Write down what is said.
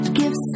give